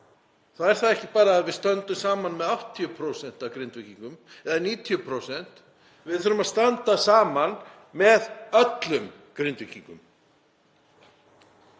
þá er það ekki bara að við stöndum saman með 80% af Grindvíkingum eða 90%, við þurfum að standa saman með öllum Grindvíkingum.